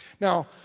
Now